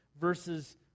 verses